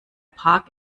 park